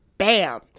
Bam